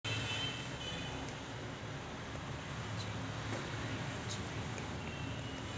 लाभार्थी हटोने म्हंजे काय याची मायती कुठी भेटन?